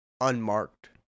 unmarked